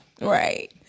Right